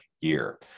year